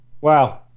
Wow